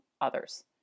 others